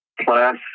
class